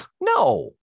no